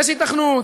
יש היתכנות,